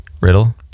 Riddle